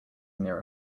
near